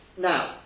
now